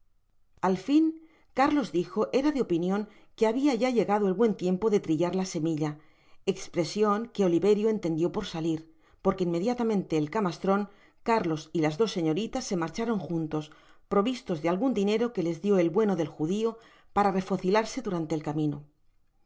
al fin cárlos dijo era de opinion que habia ya llegado el buen tiempo de trittar la cemilla expresion que oliverio entendió por salir porque inmediatamente el camastron cárlos y las dos señoritas se marcharon juntos provistos de algun dinero que les dio el bueno del judio para refocilarse durante el camino y